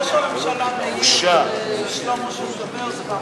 כשראש הממשלה מעיר לשלמה שהוא מדבר זוועה,